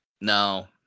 No